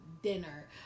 dinner